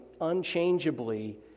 unchangeably